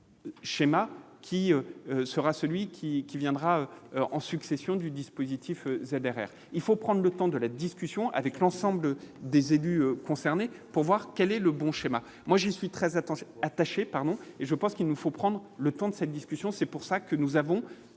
schéma qui sera celui qui qui viendra en succession du dispositif ZRR, il faut prendre le temps de la discussion avec l'ensemble des élus concernés pour voir quel est le bon schéma, moi je suis très attaché attaché pardon et je pense qu'il nous faut prendre le temps de cette discussion, c'est pour ça que nous avons